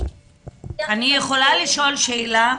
אני יכולה לשאול שאלה?